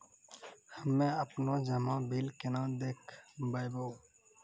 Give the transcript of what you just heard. हम्मे आपनौ जमा बिल केना देखबैओ?